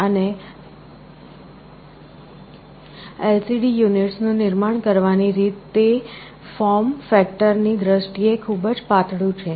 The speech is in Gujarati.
અને LCD યુનિટ્સ નું નિર્માણ કરવાની રીત તે ફોર્મ ફેક્ટરની દ્રષ્ટિએ ખૂબ પાતળું છે